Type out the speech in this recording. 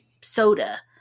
soda